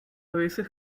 veces